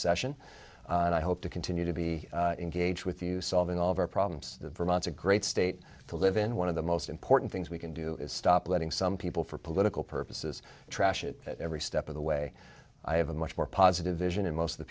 session and i hope to continue to be engaged with you solving all of our problems vermont's a great state to live in one of the most important things we can do is stop letting some people for political purposes trash it every step of the way i have a much more positive vision and most of the